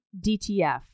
DTF